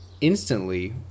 Instantly